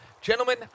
gentlemen